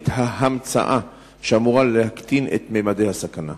את ההמצאה שאמורה להקטין את ממדי הסכנה?